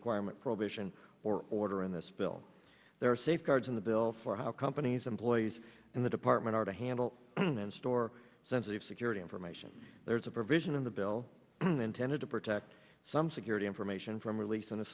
requirement probation or order in this bill there are safeguards in the bill for how companies employees in the department are to handle and store sensitive security information there is a provision in the bill intended to protect some security information from release on